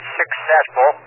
successful